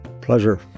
Pleasure